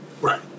Right